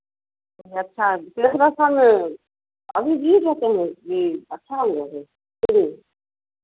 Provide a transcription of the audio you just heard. अच्छा सिंहेश्वर स्थान अभी भीड़ रहते हैं ये अच्छा हुआ है